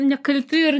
nekalti ir